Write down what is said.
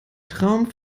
traum